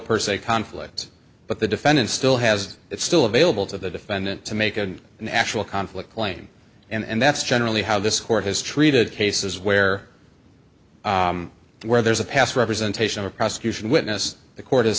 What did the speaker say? per se conflicts but the defendant still has it still available to the defendant to make an actual conflict claim and that's generally how this court has treated cases where where there's a past representation or prosecution witness the court